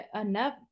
enough